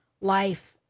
life